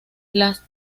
las